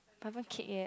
but haven't keep yet